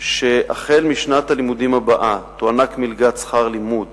שהחל משנת הלימודים הבאה תוענק מלגת שכר לימוד